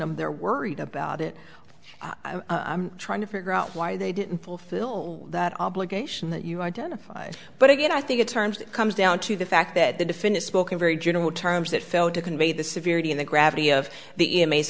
them they're worried about it i'm trying to figure out why they didn't fulfill that obligation that you identified but again i think in terms comes down to the fact that the defendant spoke in very general terms that failed to convey the severity of the gravity of the